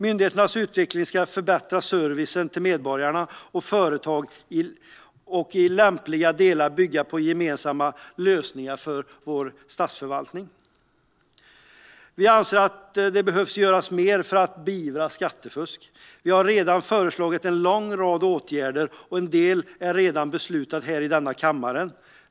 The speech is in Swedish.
Myndigheternas utveckling ska förbättra servicen till medborgare och företag och i lämpliga delar bygga på gemensamma lösningar för vår statsförvaltning. Vi anser att mer behöver göras för att beivra skattefusk. Vi har redan föreslagit en lång rad åtgärder, och en del är redan beslutade här i kammaren.